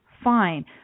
fine